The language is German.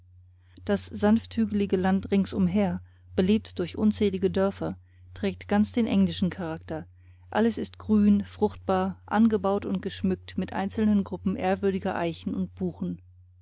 das sanfthügelige land ringsumher belebt durch unzählige dörfer trägt ganz den englischen charakter alles ist grün fruchtbar angebaut und geschmückt mit einzelnen gruppen ehrwürdiger eichen und buchen